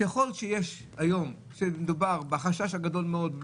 ככל שמדובר היום בחשש גדול מאוד,